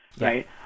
right